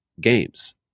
games